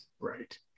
right